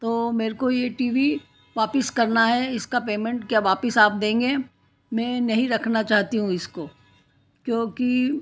तो मेरेको ये टी वी वापस करना है इसका पैमेंट क्या वापस आप देंगे मैं नहीं रखना चाहती हूँ इसको क्योंकि